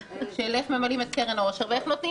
איך ממלאים את קרן העושר ואיך נותנים